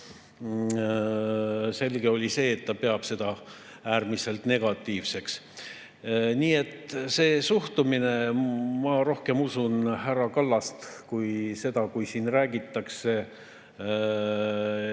Ja oli selge, et ta peab seda äärmiselt negatiivseks. Nii et see suhtumine – ma rohkem usun härra Kallast kui seda, kui siin räägitakse ilusaid